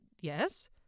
Yes